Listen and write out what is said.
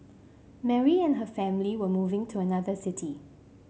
Mary and her family were moving to another city